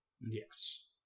Yes